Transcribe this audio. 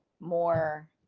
more